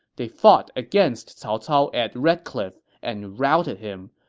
they fought against cao cao at red cliff and routed him,